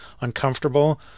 uncomfortable